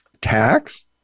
tax